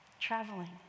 traveling